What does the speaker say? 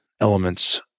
elements